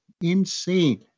Insane